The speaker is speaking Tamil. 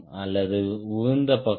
அல்லது உகந்த பக்கம்